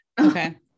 okay